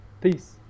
Peace